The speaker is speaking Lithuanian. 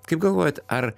kaip galvojat ar